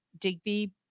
digby